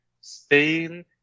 Spain